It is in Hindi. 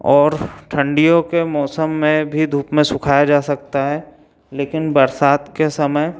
और ठंडियों के मौसम में भी धूप में सुखाया जा सकता है लेकिन बरसात के समय